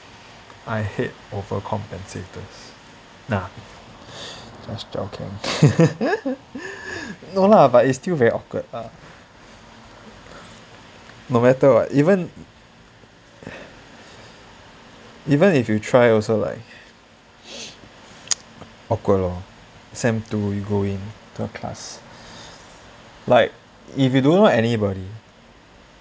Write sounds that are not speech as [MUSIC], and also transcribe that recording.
I hate over compensators nah just joking [LAUGHS] no lah but it's still very awkward ah no matter what even even if you try also like [NOISE] awkward lor sem two you go into a class like if you don't know anybody